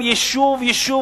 יש שם יישוב-יישוב,